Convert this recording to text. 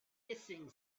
hissing